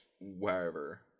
wherever